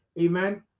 Amen